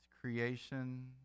creation